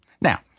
Now